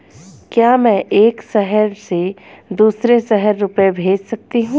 क्या मैं एक शहर से दूसरे शहर रुपये भेज सकती हूँ?